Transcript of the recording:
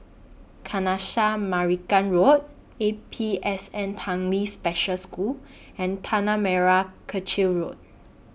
Kanisha Marican Road A P S N Tanglin Special School and Tanah Merah Kechil Road